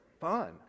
fun